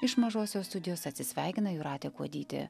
iš mažosios studijos atsisveikina jūratė kuodytė